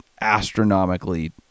astronomically